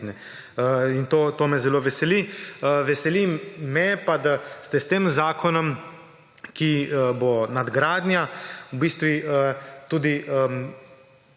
In to me zelo veseli. Veseli me pa, da ste s tem zakonom, ki bo nadgradnja, v bistvu tudi